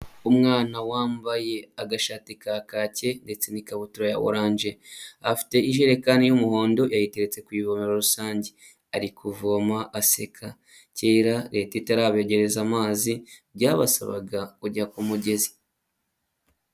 Umwana wambaye agashati ka kake ndetse n'ikabutura ya oranje, afite ijerekani y'umuhondo yayiteretse ku ivomero rusange ari kuvoma aseka, kera Leta itarabegereza amazi byabasabaga kujya ku mugezi.